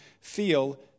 feel